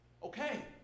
Okay